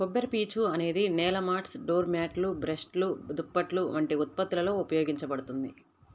కొబ్బరిపీచు అనేది నేల మాట్స్, డోర్ మ్యాట్లు, బ్రష్లు, దుప్పట్లు వంటి ఉత్పత్తులలో ఉపయోగించబడుతుంది